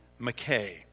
McKay